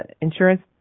insurance